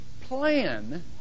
plan